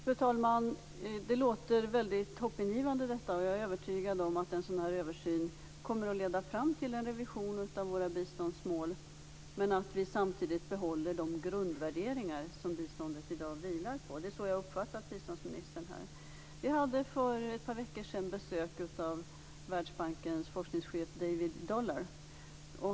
Fru talman! Det låter väldigt hoppingivande. Jag är övertygad om att en sådan översyn kommer att leda fram till en revision av våra biståndsmål men att vi samtidigt behåller de grundvärderingar som biståndet i dag vilar på. Det är så jag uppfattat biståndsministern här. Vi hade för ett par veckor sedan besök av Världsbankens forskningschef David Dollar.